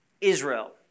Israel